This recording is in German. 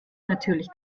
natürlich